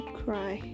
cry